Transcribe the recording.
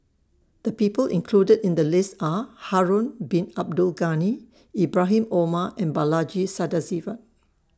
The People included in The list Are Harun Bin Abdul Ghani Ibrahim Omar and Balaji Sadasivan